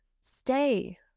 stay